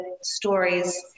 stories